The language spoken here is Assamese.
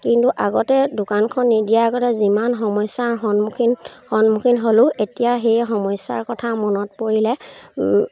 কিন্তু আগতে দোকানখন নিদিয়াৰ লগতে যিমান সমস্যাৰ সন্মুখীন সন্মুখীন হ'লোঁ এতিয়া সেই সমস্যাৰ কথা মনত পৰিলে